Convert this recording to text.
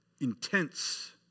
Intense